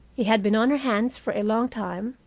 he had been on her hands for a long time,